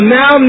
now